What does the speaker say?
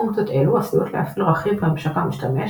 פונקציות אלו עשויות להפעיל רכיב בממשק המשתמש,